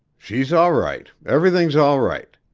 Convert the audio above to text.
she's all right, everything's all right.